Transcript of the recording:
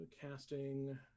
casting